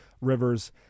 Rivers